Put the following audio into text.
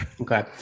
Okay